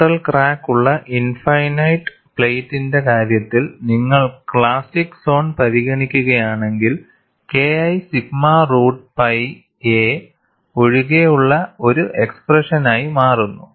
centre crack ഉള്ള infinite പ്ലേറ്റിന്റെ കാര്യത്തിൽ നിങ്ങൾ പ്ലാസ്റ്റിക് സോൺ പരിഗണിക്കുകയാണെങ്കിൽ KI sigma root pi a ഒഴികെയുള്ള ഒരു എക്സ്പ്രെഷനായി മാറുന്നു